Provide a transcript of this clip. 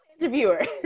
interviewer